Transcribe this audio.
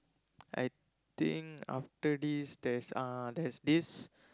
I think after this there's ah there's this